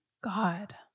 God